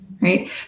right